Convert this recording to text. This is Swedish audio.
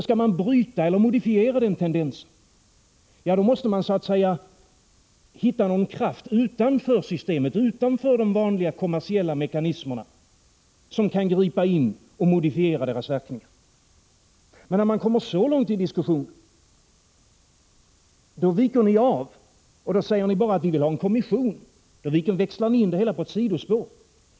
Skall man bryta eller modifiera den tendensen måste man så att säga hitta någon kraft utanför systemet, utanför de vanliga kommersiella mekanismerna, som kan gripa in och modifiera deras verkningar. Men när man kommer så långt i diskussionen viker ni av och säger bara att ni vill ha en kommission. Då växlar ni in i det hela på ett sidospår.